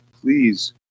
please